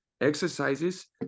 exercises